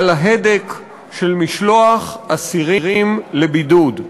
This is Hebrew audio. על ההדק של משלוח אסירים לבידוד.